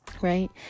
Right